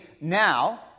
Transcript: now